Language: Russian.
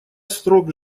срок